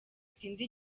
sinzi